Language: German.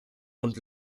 und